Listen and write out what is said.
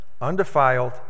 undefiled